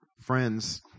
Friends